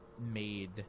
made